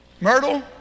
Myrtle